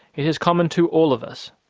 it is common to all of us.